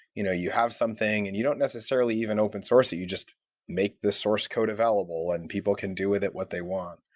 you know you have something and you don't necessarily even open source it, you just make the source code available, and people can do with it what they want.